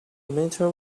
matter